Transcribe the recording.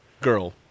girl